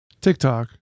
TikTok